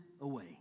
away